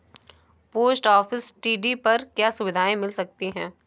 Post office TD पर क्या सुविधाएँ मिल सकती है?